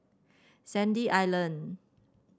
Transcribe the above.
Sandy Island